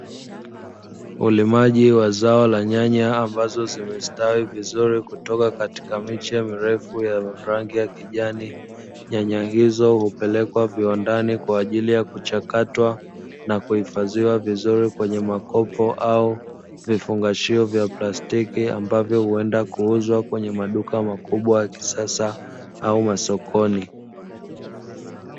Ulimaji wa zao la nyanya ambazo zimestawi vizuri kutoka katika miche mirefu ya rangi ya kijani. Nyanya hizo hupelekwa viwandani kwa ajili ya kuchakatwa na kuhifadhiwa vizuri kwenye makopo au vifungashio vya plastiki ambavyo huenda kuuzwa kwenye maduka makubwa ya kisasa au masokoni.